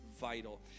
vital